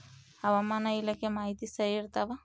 ಹವಾಮಾನ ಇಲಾಖೆ ಮಾಹಿತಿ ಸರಿ ಇರ್ತವ?